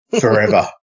Forever